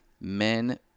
men